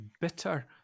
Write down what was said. bitter